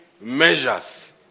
measures